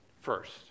first